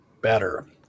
better